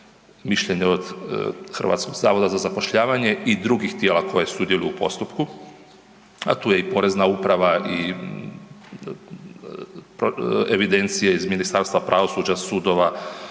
mišljenje od HZZ-a i drugih tijela koje sudjeluju u postupku, a tu je i Porezna uprava i evidencije iz Ministarstva pravosuđa, sudova,